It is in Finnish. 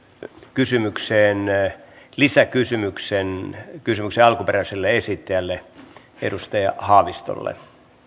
kysymykseen lisäkysymyksen kysymyksen alkuperäiselle esittäjälle edustaja haavistolle